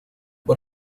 por